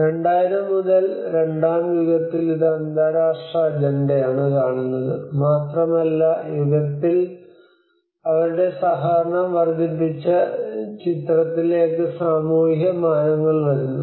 2000 മുതൽ രണ്ടാം യുഗത്തിൽ ഇത് അന്താരാഷ്ട്ര അജണ്ടയാണ് കാണുന്നത് മാത്രമല്ല സാമൂഹിക ശാസ്ത്രജ്ഞരും വികസന പ്രവർത്തകരും രണ്ടാം യുഗത്തിൽ അവരുടെ സഹകരണം വർദ്ധിപ്പിച്ച ചിത്രത്തിലേക്ക് സാമൂഹിക മാനങ്ങൾ വരുന്നു